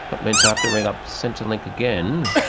that means i'll have to ring up centrelink again.